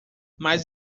mas